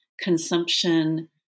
consumption